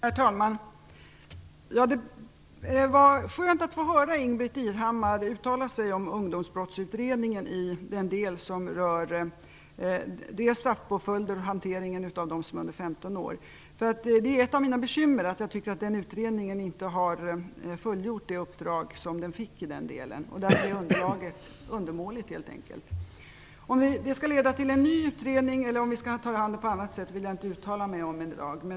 Herr talman! Det var skönt att höra Ingbritt Irhammar uttala sig om Ungdomsbrottsutredningen i den del som rör dels straffpåföljder, dels hanteringen av dem som är under 15 år. Det är ett av mina bekymmer, att jag anser att den utredningen inte har fullgjort det uppdrag som den fick i den delen. Där är underlaget undermåligt helt enkelt. Om det skall bli en ny utredning eller om vi skall ta hand om saken på ett annat sätt vill jag inte uttala mig om i dag.